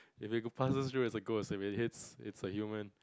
if it passes through it's a ghost if it hits it's a human